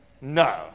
No